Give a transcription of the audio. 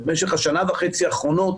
במשך השנה וחצי האחרונות